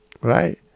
right